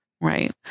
Right